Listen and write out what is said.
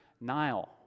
Nile